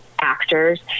actors